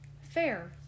fair